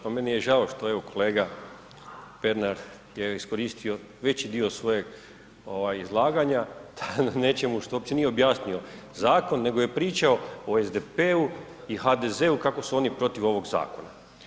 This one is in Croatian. Pa meni je žao što evo kolega Pernar je iskoristio veći do svojeg izlaganja nečemu što uopće nije objasnio zakon nego je pričao o SDP i HDZ kako su oni protiv ovog zakona.